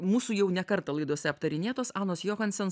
mūsų jau ne kartą laidose aptarinėtos anos johanson